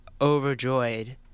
overjoyed